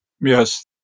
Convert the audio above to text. Yes